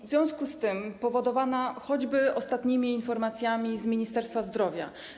W związku z tym, powodowana choćby ostatnimi informacjami z Ministerstwa Zdrowia.